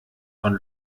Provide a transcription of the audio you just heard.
von